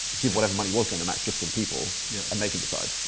give whatever money was going to match, just to the people yeah and they can decide.